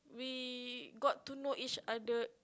we got to know each other